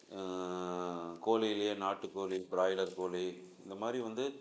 கோழிலயே நாட்டுக்கோழி ப்ராய்லர் கோழி இந்த மாதிரி வந்து